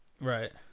Right